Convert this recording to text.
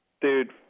dude